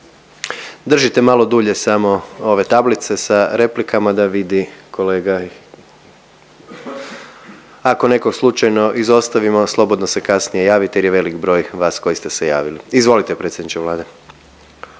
Držite malo dulje samo ove tablice sa replikama da vidi kolega. Ako nekog slučajno izostavimo slobodno se kasnije javite jer je velik broj vas koji ste se javili. Izvolite predsjedniče Vlade.